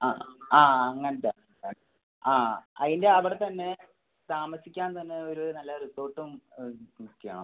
ആ ആ അങ്ങനത്തെ ആ അതിൻ്റെ അവിടെ തന്നെ താമസിക്കാൻ തന്നെ ഒരു നല്ല റിസോർട്ടും ബുക്ക് ചെയ്യണം